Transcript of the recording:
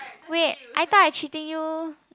wait I thought I treating you